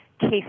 case